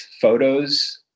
photos